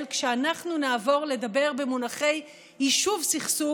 כשאנחנו נעבור לדבר במונחי יישוב סכסוך,